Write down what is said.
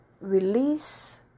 release